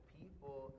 people